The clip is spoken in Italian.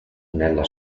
nella